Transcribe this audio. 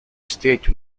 state